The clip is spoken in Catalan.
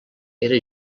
era